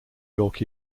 york